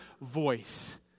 voice